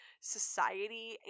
society